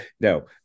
no